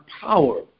power